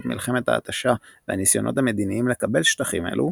מלחמת ההתשה והניסיונות המדיניים לקבל שטחים אלו,